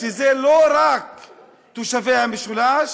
זה לא רק תושבי המשולש,